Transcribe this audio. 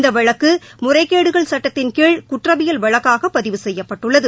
இந்த வழக்கு முறைகேடுகள் சட்டத்தின் கீழ் குற்றவியல் வழக்காக பதிவு செய்யப்பட்டுள்ளது